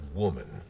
woman